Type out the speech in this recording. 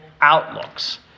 outlooks